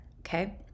okay